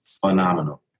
phenomenal